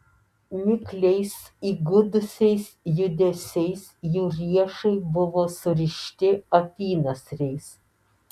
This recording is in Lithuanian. mikliais įgudusiais judesiais jų riešai buvo surišti apynasriais